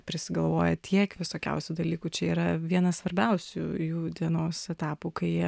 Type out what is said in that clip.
prisigalvoja tiek visokiausių dalykų čia yra vienas svarbiausių jų dienos etapų kai jie